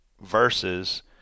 versus